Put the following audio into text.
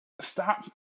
stop